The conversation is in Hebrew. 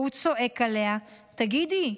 והוא צועק עליה: תגידי,